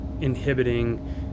inhibiting